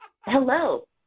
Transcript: Hello